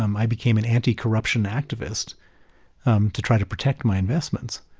um i became an anti-corruption activist um to try to protect my investments.